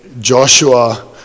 Joshua